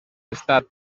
estat